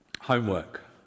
Homework